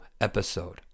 episode